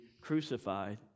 crucified